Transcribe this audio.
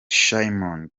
shimon